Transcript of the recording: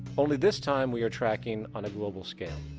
only this time, we are tracking on a global scale.